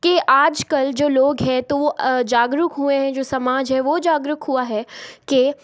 कि आजकल जो लोग हैं तो वो जागरूक हुए हैं जो समाज है वो जागरूक हुआ है के